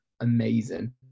amazing